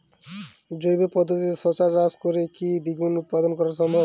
জৈব পদ্ধতিতে শশা চাষ করে কি দ্বিগুণ উৎপাদন করা সম্ভব?